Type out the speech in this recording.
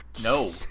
No